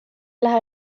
lähe